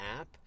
app